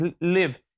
live